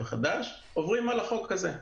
עוברים על החוק הזה.